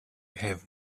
have